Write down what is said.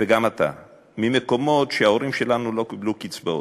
וגם אתה, ממקומות שההורים שלנו לא קיבלו קצבאות.